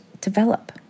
develop